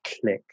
click